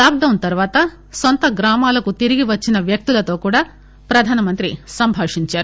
లాక్సౌస్ తర్వాత నొంత గ్రామాలకు తిరిగి వచ్చిన వ్యక్తులతో కూడా ప్రధాని సంభాషించారు